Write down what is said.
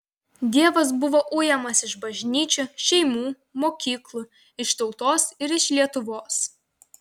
dievas buvo ujamas iš bažnyčių šeimų mokyklų iš tautos ir iš lietuvos